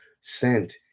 sent